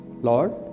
Lord